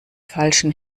falschen